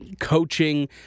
coaching